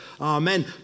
Amen